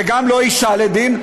וגם לא אישה לדין?